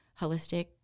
holistic